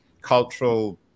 cultural